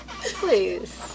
please